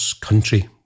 country